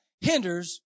hinders